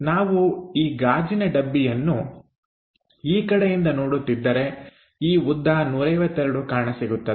ನಾವು ಈ ಗಾಜಿನ ಡಬ್ಬಿಯನ್ನು ಈ ಕಡೆಯಿಂದ ನೋಡುತ್ತಿದ್ದರೆ ಈ ಉದ್ದ 152 ಕಾಣಸಿಗುತ್ತದೆ